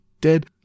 Dead